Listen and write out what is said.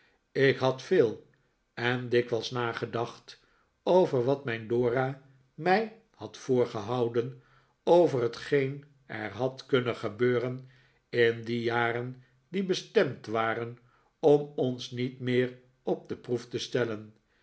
ik had veel en dikwijls nagedacht over wat mijn dora mij had voorgehouden over hetgeen er had kunnen gebeuren in die jaren die bestemd waren om ons niet meer op de proef te stellen